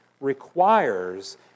requires